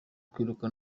kwiruka